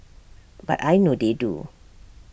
but I know they do